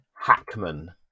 Hackman